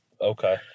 Okay